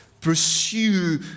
pursue